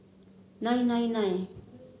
nine nine nine